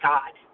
God